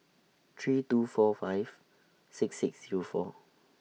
three two four five six six Zero four